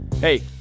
Hey